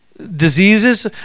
diseases